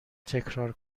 تکرار